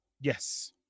Yes